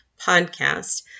podcast